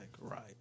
right